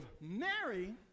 Mary